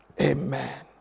Amen